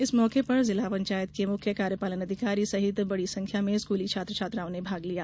इस मौके पर जिला पंचायत के मुख्य कार्यपालन अधिकारी सहित बड़ी संख्या में स्कूली छात्र छात्राओं ने भाग लिया